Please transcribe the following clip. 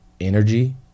energy